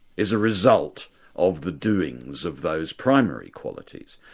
is a result of the doings of those primary qualities.